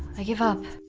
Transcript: i give up